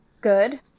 good